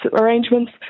arrangements